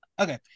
Okay